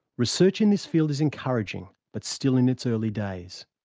research in this field is encouraging but still in its early days.